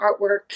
artwork